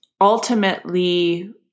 ultimately